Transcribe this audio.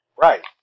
Right